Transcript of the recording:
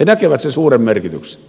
he näkevät sen suuren merkityksen